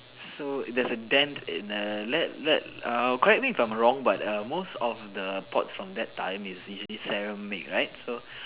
so there's a dent in the let let err correct me if I'm wrong but err most of the pots from that time is ceramic right so